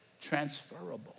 transferable